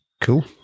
Cool